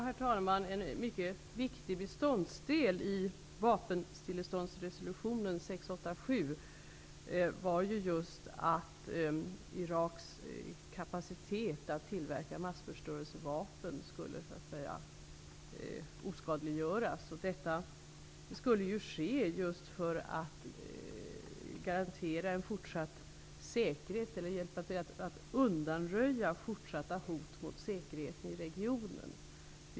Herr talman! En mycket viktig beståndsdel i vapenstilleståndsresolutionen 687 var just att Iraks kapacitet att tillverka massförstörelsevapen skulle oskadliggöras. Detta skulle ske just för att garantera en fortsatt säkerhet eller för att hjälpa till att undanröja fortsatta hot mot säkerheten i regionen.